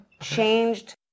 Changed